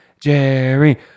Jerry